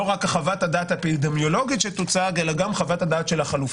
לא רק חוות הדעת האפידמיולוגית שתוצג אלא גם זו של החלופות.